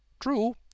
True